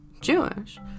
Jewish